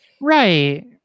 Right